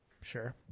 Sure